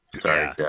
Sorry